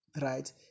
right